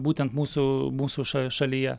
būtent mūsų mūsų ša šalyje